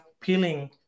peeling